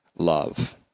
love